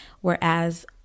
whereas